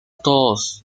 todos